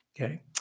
Okay